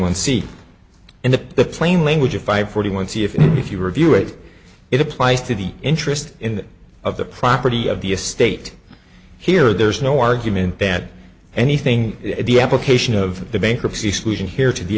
in the the plain language of five forty one see if if you review it it applies to the interest in that of the property of the estate here there's no argument that anything the application of the bankruptcy solution here to the